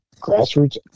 grassroots